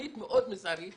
תוכנית מאוד מזערית